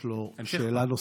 יש לו שאלה נוספת,